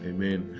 Amen